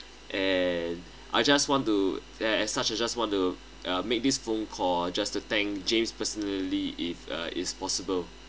and I just want to as such I just want to uh make this phone call just to thank james personally if uh is possible